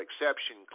exception